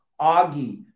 Augie